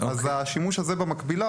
השימוש הזה במקבילה,